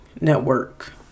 network